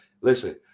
listen